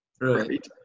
Right